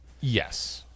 Yes